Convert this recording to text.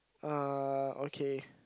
uh okay